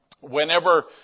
whenever